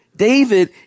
David